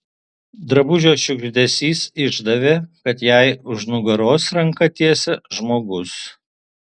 drabužio šiugždesys išdavė kad jai už nugaros ranką tiesia žmogus